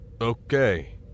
okay